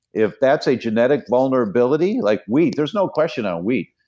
if that's a genetic vulnerability, like wheat, there's no question on wheat,